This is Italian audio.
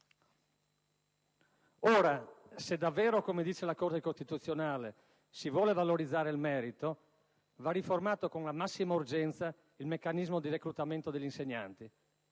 Ora, se davvero, come dice la Corte costituzionale, si vuole valorizzare il merito, va riformato con la massima urgenza il meccanismo di reclutamento degli insegnanti.